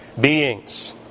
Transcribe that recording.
beings